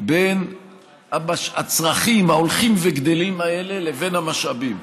בין הצרכים ההולכים וגדלים האלה לבין המשאבים.